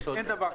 אין דבר כזה.